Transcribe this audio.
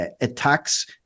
attacks